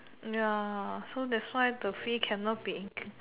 ya so that's why the fee cannot be ink